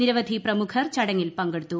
നിരവ്വധി പ്രമുഖർ ചടങ്ങിൽ പങ്കെടുത്തു